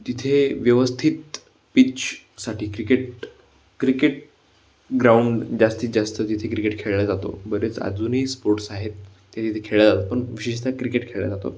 तिथे व्यवस्थित पिचसाठी क्रिकेट क्रिकेट ग्राउंड जास्तीत जास्त तिथे क्रिकेट खेळला जातो बरेच अजूनही स्पोर्ट्स आहेत ते तिथे खेळले जातात पण विशेषतः क्रिकेट खेळला जातो